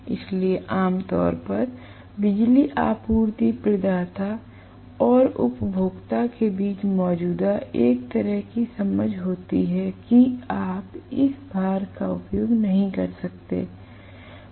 इसलिए आम तौर पर बिजली आपूर्ति प्रदाता और उपभोक्ता के बीच मौजूदा एक तरह की समझ होती है कि आप इस भार का उपयोग नहीं कर सकते हैं